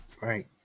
right